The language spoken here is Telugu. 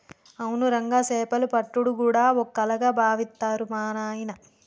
అవును రంగా సేపలు పట్టుడు గూడా ఓ కళగా బావిత్తరు మా నాయిన